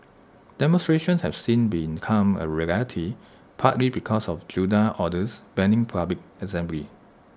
demonstrations have since become A rarity partly because of junta orders banning public assembly